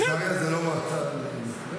קיסריה זה לא מועצה נפרדת?